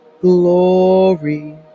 Glory